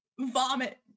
vomit